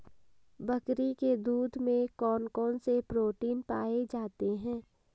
बकरी के दूध में कौन कौनसे प्रोटीन पाए जाते हैं?